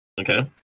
Okay